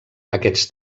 aquests